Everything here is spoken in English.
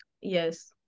yes